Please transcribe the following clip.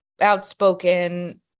outspoken